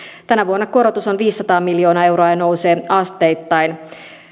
tänä vuonna korotus on viisisataa miljoonaa euroa ja se nousee asteittain